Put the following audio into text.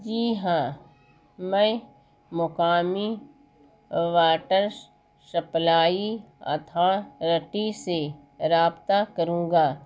جی ہاں میں مقامی واٹر سپلائی اتھارٹی سے رابطہ کروں گا